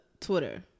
Twitter